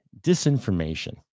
disinformation